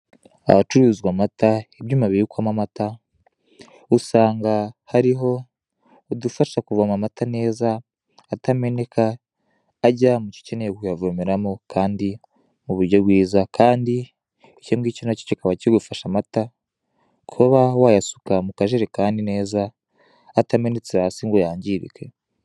Ahacururizwa amata, ibyuma bibikwamo amata, usanga hariho udufasha kuvoma amata neza atameneka, ajya mucyo ukeneye kuyavomeramo, kandi muburyo bwiza Kandi icyo ngicyo nacyo kikaba kigufasha amata kuba wayasuka mukajerekani neza atamenetse hasi ngo yangirike.